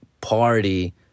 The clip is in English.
party-